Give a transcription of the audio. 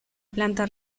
planta